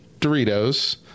Doritos